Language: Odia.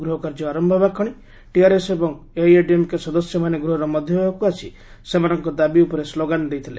ଗୃହ କାର୍ଯ୍ୟ ଆରମ୍ଭ ହେବାକ୍ଷଣି ଟିଆର୍ଏସ୍ ଏବଂ ଏଆଇଏଡିଏମ୍କେ ସଦସ୍ୟମାନେ ଗୃହର ମଧ୍ୟଭାଗକୁ ଆସି ସେମାନଙ୍କ ଦାବି ଉପରେ ସ୍ଲୋଗାନ ଦେଇଥିଲେ